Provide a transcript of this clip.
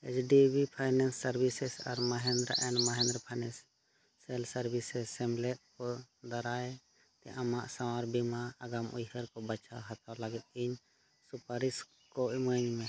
H D B finance services ᱟᱨ Mahindra and Mahindra financial services ᱥᱮᱢᱞᱮᱫ ᱠᱚ ᱫᱟᱨᱟᱭᱛᱮ ᱟᱢᱟᱜ ᱥᱟᱦᱟᱨ ᱵᱤᱢᱟ ᱟᱜᱟᱢ ᱩᱭᱦᱟᱹᱨ ᱠᱚ ᱵᱟᱪᱷᱟᱣ ᱦᱟᱛᱟᱣ ᱞᱟᱹᱜᱤᱫ ᱤᱧ ᱥᱩᱯᱟᱨᱤᱥ ᱠᱚ ᱤᱢᱟᱹᱧ ᱢᱮ